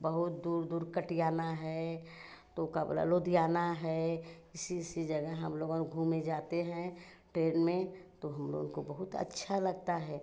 बहुत दूर दूर कटियाना है तो का बोला लुधियाना है इसी इसी जगह हम लोगन घूमे जाते हैं ट्रेन में तो हम लोगों को बहुत अच्छा लगता है